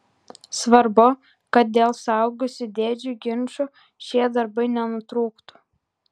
svarbu kad dėl suaugusių dėdžių ginčų šie darbai nenutrūktų